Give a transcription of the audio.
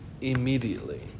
Immediately